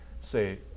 say